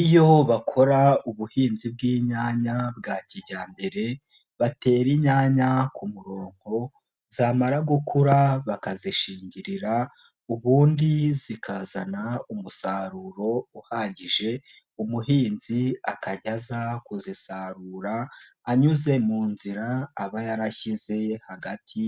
Iyo bakora ubuhinzi bw'inyanya bwa kijyambere batera inyanya ku murongo zamara gukura bakazishingirira ubundi zikazana umusaruro uhagije umuhinzi akajya aza kuzisarura anyuze mu nzira aba yarashyize hagati